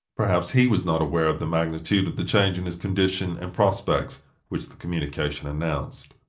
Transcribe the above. perhaps he was not aware of the magnitude of the change in his condition and prospects which the communication announced.